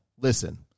listen